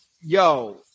Yo